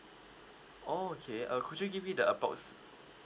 oh okay uh could you give me the approx~